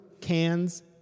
cans